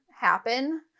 happen